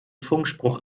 funkspruch